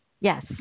Yes